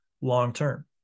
long-term